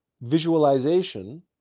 visualization